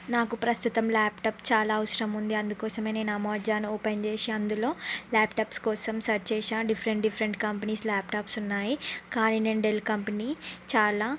నాకు ప్రస్తుతం ల్యాప్టాప్ చాలా అవసరం ఉంది అందుకోసమే నేను అమేజాన్ ఓపెన్ చేసి అందులో ల్యాప్టాప్స్ కోసం సెర్చ్ చేసాను డిఫరెంట్ డిఫెరెంట్ కంపెనీస్ ల్యాప్టాప్స్ ఉన్నాయి కానీ నేను డెల్ కంపెనీ చాలా